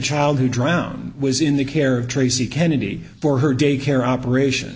child who drowned was in the care of tracey kennedy for her day care operation